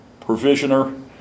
provisioner